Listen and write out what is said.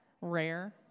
Rare